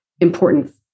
important